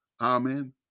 Amen